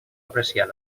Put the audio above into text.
apreciar